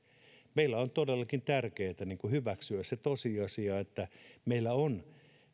on todellakin tärkeätä hyväksyä se tosiasia että meillä on